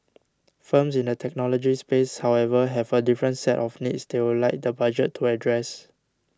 firms in the technology space however have a different set of needs they would like the Budget to address